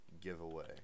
giveaway